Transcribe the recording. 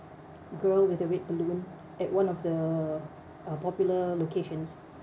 girl with the red balloon at one of the uh popular locations